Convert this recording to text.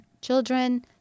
children